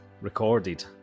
recorded